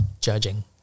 Judging